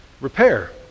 Repair